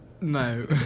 No